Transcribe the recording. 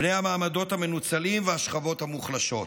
בני המעמדות המנוצלים והשכבות המוחלשות.